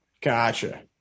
Gotcha